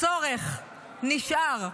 הצורך נשאר,